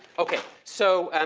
okay. so,